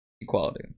equality